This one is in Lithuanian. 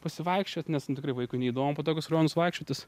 pasivaikščiot nes nu tikrai vaikui neįdomu po tokius rajonus vaikščiotis